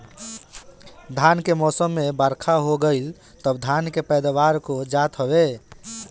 धान के मौसम में बरखा हो गईल तअ धान के पैदावार हो जात हवे